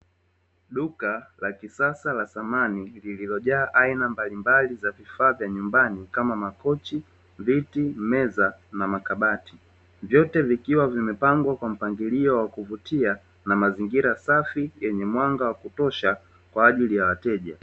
Duka la kisasa la samani, lililojaa aina mbalimbali za vifaa vya nyumbani kama makochi, viti ,meza na makabati, vyote vikiwa vimepangwa kwa mpangilio wa kuvutia, na mazingira safi yenye mwanga wa kutosha kwa ajili ya wateja.